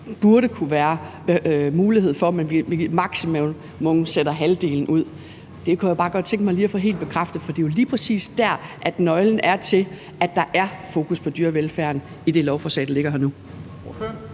burde være mulighed for, men at man maksimum sætter halvdelen ud. Det kunne jeg bare godt tænke mig at få helt bekræftet. For det er lige præcis der, nøglen er til, at der er fokus på dyrevelfærden i det lovforslag, der ligger her nu.